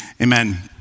Amen